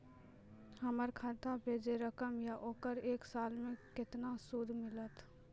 हमर खाता पे जे रकम या ओकर एक साल मे केतना सूद मिलत?